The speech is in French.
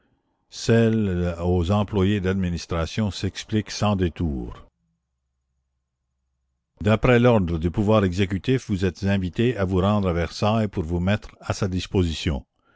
celle aux employés d'administration s'explique sans détours la commune d'après l'ordre du pouvoir exécutif vous êtes invités à vous rendre à versailles pour vous mettre à sa disposition